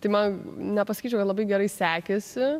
tai man nepasakyčiau kad labai gerai sekėsi